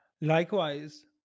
Likewise